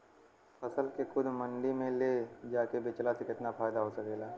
फसल के खुद मंडी में ले जाके बेचला से कितना फायदा हो सकेला?